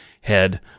head